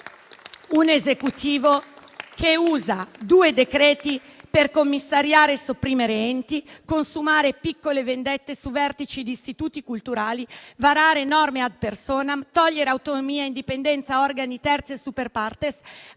un Esecutivo che usa due decreti per commissariare e sopprimere enti, consumare piccole vendette su vertici di istituti culturali, varare norme *ad personam*, togliere autonomia e indipendenza ad organi terzi e *super partes*,